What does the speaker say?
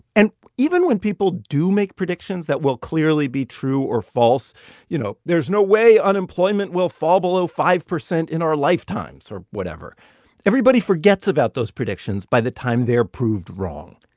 and even when people do make predictions that will clearly be true or false you know, there's no way unemployment will fall below five percent in our lifetimes or whatever everybody forgets about those predictions by the time they're proved wrong.